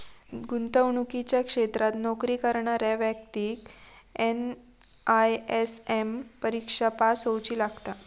गुंतवणुकीच्या क्षेत्रात नोकरी करणाऱ्या व्यक्तिक एन.आय.एस.एम परिक्षा पास होउची लागता